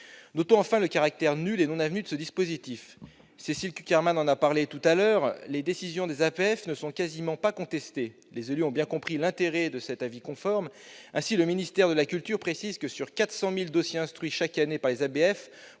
Notons enfin le caractère nul et non avenu de ce dispositif. Cécile Cukierman en a parlé : les décisions des ABF ne sont quasiment pas contestées. Les élus ont bien compris l'intérêt de cet avis conforme. Ainsi, le ministère de la culture précise que sur 400 000 dossiers instruits chaque année par les ABF,